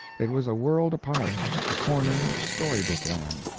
it was a world apart a corner of story-book land.